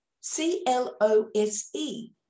C-L-O-S-E